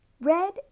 Red